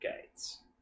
Gates